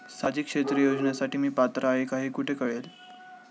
सामाजिक क्षेत्र योजनेसाठी मी पात्र आहे का हे कुठे कळेल?